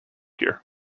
here